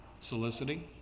soliciting